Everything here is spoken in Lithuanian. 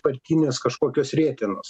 partinės kažkokios rietenos